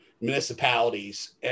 municipalities